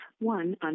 one